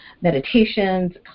meditations